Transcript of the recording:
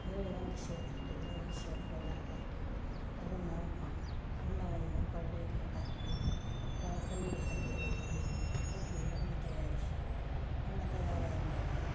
ಬೇಳೆ ಒಂದು ಸೇರು ಹಾಕಿದ್ರೆ ಒಂದು ಸೇರು ಬೆಲ್ಲ ಹಾಕಿ ಅದನ್ನ ಹೂರ್ಣವನ್ನು ಕರ್ಳಿಗೆ ಹಾಕಿ ಒಳ ಕಲ್ಲಿಗೆ ಹಾಕಿ ರುಬ್ಬಬೇಕು ರುಬ್ಬಿ ಹೂರ್ಣ ತಯಾರಿಸಿ ಹುರ್ಣ ತಯಾರಾದ ಮೇಲೆ